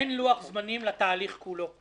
אין לוח זמנים לתהליך כולו.